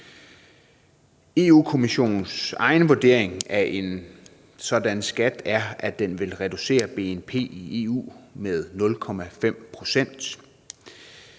Europa-Kommissionens egen vurdering af en sådan skat er, at den vil reducere BNP i EU med 0,5 pct.